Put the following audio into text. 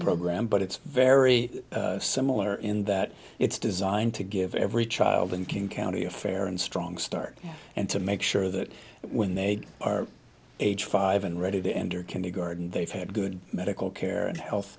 program but it's very similar in that it's designed to give every child in king county a fair and strong start and to make sure that when they are age five and ready to enter kindergarten they've had good medical care and health